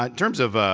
um terms of,